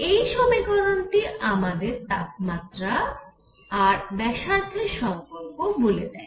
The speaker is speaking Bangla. এই সমীকরণটি আমাদের তাপমাত্রা আর ব্যাসার্ধের সম্পর্ক বলে দেয়